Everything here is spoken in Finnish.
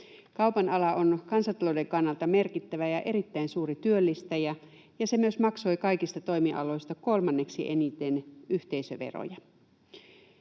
Kaupan ala on kansantalouden kannalta merkittävä ja erittäin suuri työllistäjä, ja se myös maksoi kaikista toimialoista kolmanneksi eniten yhteisöveroja.